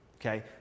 Okay